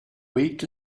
weight